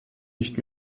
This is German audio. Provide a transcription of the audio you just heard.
nicht